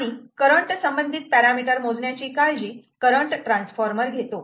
आणि करंट संबंधित पॅरामिटर मोजण्याची काळजी करंट ट्रान्सफॉर्मर घेतो